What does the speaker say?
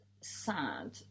sad